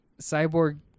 cyborg